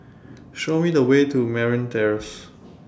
Show Me The Way to Merryn Terrace